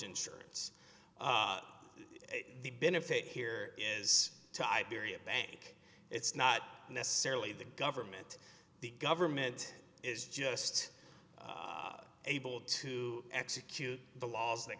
insurance the benefit here is to iberia bank it's not necessarily the government the government is just able to execute the laws that